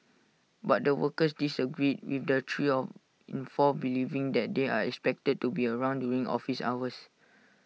but the workers disagreed with the three of in four believing that they are expected to be around during office hours